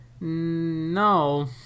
No